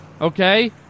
okay